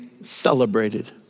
celebrated